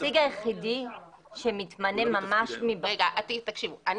בעצם הנציג היחידי שמתמנה ממש מבחוץ --- תקשיבו,